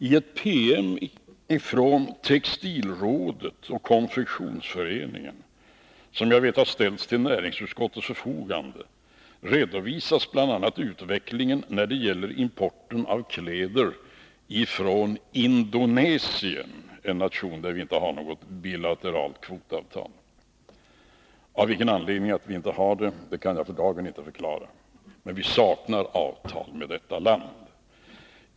I en PM från Textilrådet och Konfektionsföreningen, som jag vet har ställts till näringsutskottets förfogande, redovisas bl.a. utvecklingen när det gäller import av kläder från Indonesien — en nation som vi inte har något bilateralt kvotavtal med. Av vilken anledning vi inte har det kan jag för dagen inte förklara, men vi saknar i alla fall avtal med detta land.